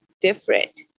different